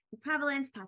prevalence